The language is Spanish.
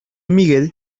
miguel